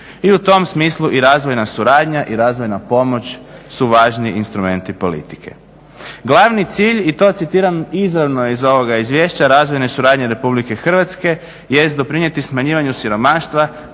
I u tom smislu i razvojna suradnja i razvojna pomoć su važni instrumenti politike. Glavni cilj, i to citiram izravno iz ovoga izvješća, razvojne suradnje RH jest doprinijeti smanjivanju siromaštva